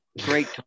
great